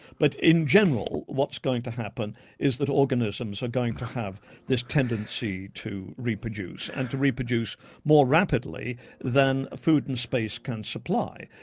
but in general what's going to happen is that organisms are going to have this tendency to reproduce and to reproduce more rapidly than food and space can supply.